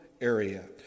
area